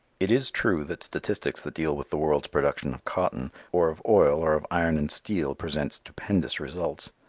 it is true that statistics that deal with the world's production of cotton, or of oil, or of iron and steel present stupendous results.